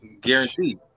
guaranteed